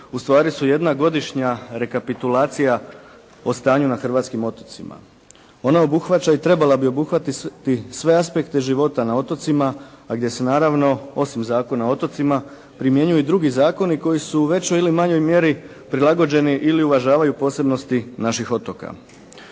ustvari su jedna godišnja rekapitulacija o stanju na hrvatskim otocima. Ona obuhvaća i trebala bi obuhvatiti sve aspekte života na otocima a gdje se naravno osim Zakona o otocima primjenjuju i drugi zakoni koji su u većoj ili manjoj mjeri prilagođeni ili uvažavaju posebnosti naših otoka.